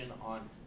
on